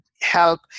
help